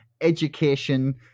education